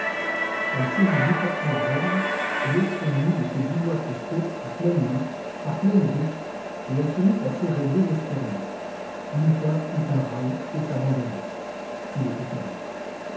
elle saisit lupin à la gorge et l'étreignit de ses dix doigts crispés à pleines mains à pleines griffes et elle se mit à serrer désespérément lupin eut un râle et s'abandonna il était perdu